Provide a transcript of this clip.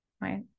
Right